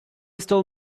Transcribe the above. stole